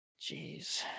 Jeez